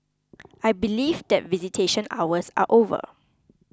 I believe that visitation hours are over